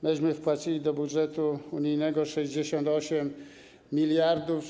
Myśmy wpłacili do budżetu unijnego 68 mld euro.